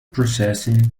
processing